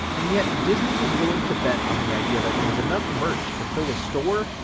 and yet disney was willing to bet on the idea that there was enough merch to fill a store,